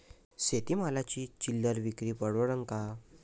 शेती मालाची चिल्लर विक्री परवडन का?